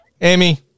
Amy